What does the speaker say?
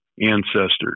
ancestors